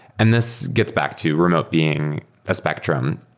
and this gets back to remote being a spectrum.